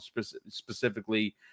specifically